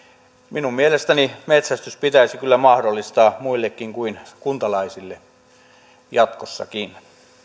minun mielestäni metsästys pitäisi kyllä mahdollistaa muillekin kuin kuntalaisille jatkossakin